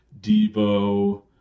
Debo